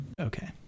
Okay